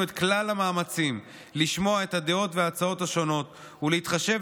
את כלל המאמצים לשמוע את הדעות וההצעות השונות ולהתחשב